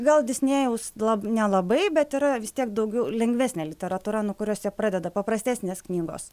gal disnėjaus lab nelabai bet yra vis tiek daugiau lengvesnė literatūra nuo kurios jie pradeda paprastesnės knygos